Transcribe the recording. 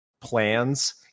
plans